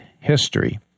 history